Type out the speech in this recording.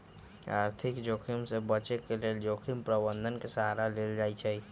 आर्थिक जोखिम से बचे के लेल जोखिम प्रबंधन के सहारा लेल जाइ छइ